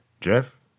Jeff